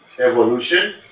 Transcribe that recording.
evolution